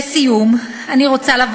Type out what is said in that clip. לסיום, אני רוצה,